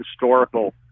historical